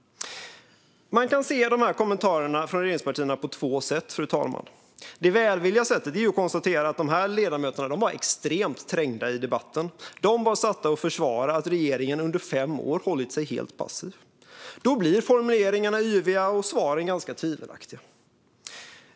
Man kan se de här kommentarerna från regeringspartierna på två sätt, fru talman. Det välvilliga sättet är att konstatera att de här ledamöterna var extremt trängda i debatten. De var satta att försvara att regeringen under fem år förhållit sig helt passiv. Då blir formuleringarna yviga och svaren ganska tvivelaktiga.